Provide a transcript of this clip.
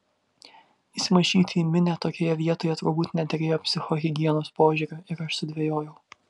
įsimaišyti į minią tokioje vietoje turbūt nederėjo psichohigienos požiūriu ir aš sudvejojau